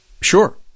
Sure